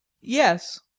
Yes